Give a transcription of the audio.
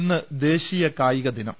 ഇന്ന് ദേശീയ കായികദിനം